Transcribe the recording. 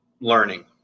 learning